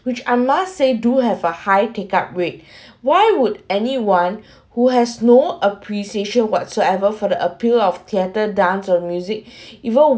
which I'm not say do have a high take up rate why would anyone who has no appreciation whatsoever for the appeal of theatre dance on music evol~